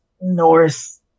north